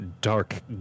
dark